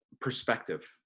perspective